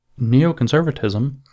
neoconservatism